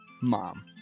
Mom